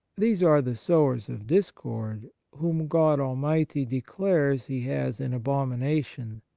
these are the sowers of discord, whom god almighty declares he has in abomination.